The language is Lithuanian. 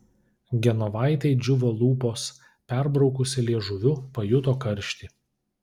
genovaitei džiūvo lūpos perbraukusi liežuviu pajuto karštį